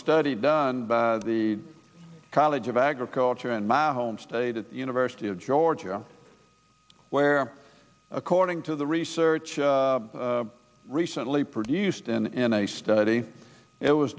study done by the college of agriculture in my home state university of georgia where according to the research recently produced in a study it was